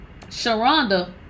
Sharonda